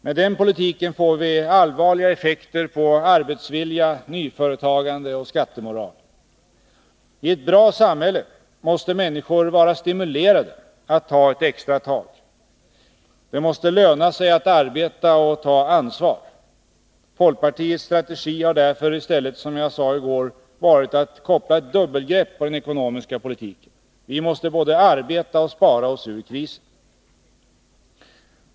Med den politiken får vi allvarliga effekter på arbetsvilja, nyföretagande och skattemoral. I ett bra samhälle måste människor vara i; SA politiska åtgärder stimulerade att ta ett extratag. Det måste löna sig att arbeta och ta ansvar. m.m. dubbelgrepp på den ekonomiska politiken. Vi måste både arbeta och spara oss ur krisen.